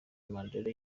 mandela